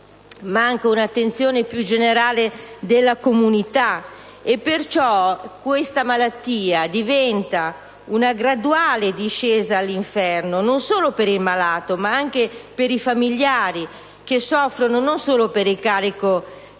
e un'attenzione più generale della comunità. Pertanto, questa malattia diventa una graduale discesa all'inferno, non solo per il malato, ma anche per i familiari, che soffrono per il carico di fatica